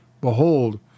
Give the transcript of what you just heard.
Behold